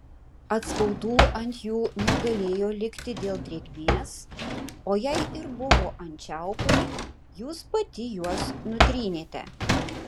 atspaudų ant jų negalėjo likti dėl drėgmės o jei ir buvo ant čiaupų jūs pati juos nutrynėte